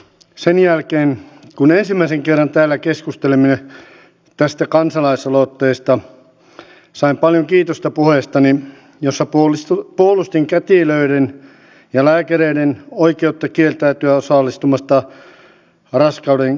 sen jälkeen kun ensimmäisen kerran täällä keskustelimme tästä kansalaisaloitteesta sain paljon kiitosta puheestani jossa puolustin kätilöiden ja lääkäreiden oikeutta kieltäytyä osallistumasta raskaudenkeskeytyksiin